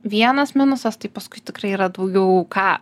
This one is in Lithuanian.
vienas minusas tai paskui tikrai yra daugiau ką